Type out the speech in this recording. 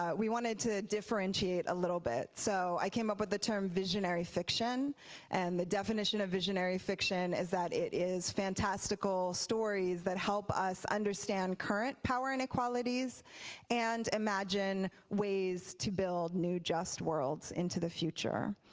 ah we wanted to differentiate a little bit. so i came up with the term visionary fiction and the definition of visionary fiction is that it is fantastical stories that help us understand current power inequalities and imagine ways to build new just worlds into the future.